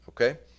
Okay